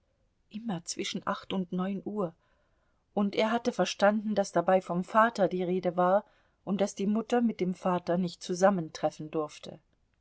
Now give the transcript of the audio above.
immer zwischen acht und neun uhr und er hatte verstanden daß dabei vom vater die rede war und daß die mutter mit dem vater nicht zusammentreffen durfte